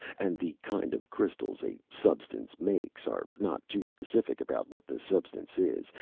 and the kind of crystals a substance makes are not too specific about what the substance is,